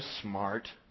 smart